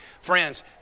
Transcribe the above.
Friends